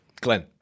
Glenn